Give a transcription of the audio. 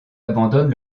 abandonne